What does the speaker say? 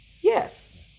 Yes